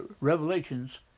Revelations